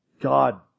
God